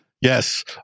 yes